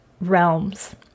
realms